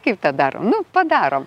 kaip tą darom nu padarom